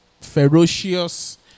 ferocious